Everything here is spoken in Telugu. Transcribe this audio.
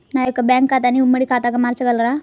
నా యొక్క బ్యాంకు ఖాతాని ఉమ్మడి ఖాతాగా మార్చగలరా?